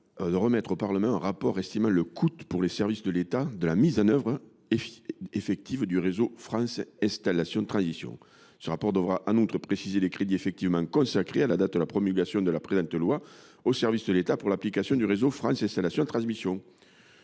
de remettre au Parlement un rapport estimant le coût pour les services de l’État de la mise en œuvre effective du réseau France installations transmissions. Ce document devra, en outre, préciser les crédits effectivement consacrés à la date de promulgation de la présente loi aux services de l’État à l’application du réseau France installations transmissions.